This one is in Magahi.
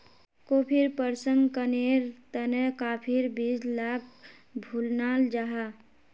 कॉफ़ीर प्रशंकरनेर तने काफिर बीज लाक भुनाल जाहा